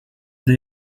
they